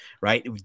right